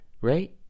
Right